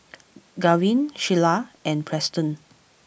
Garvin Shyla and Preston